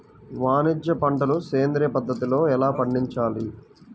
వాణిజ్య పంటలు సేంద్రియ పద్ధతిలో ఎలా పండించాలి?